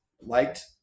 liked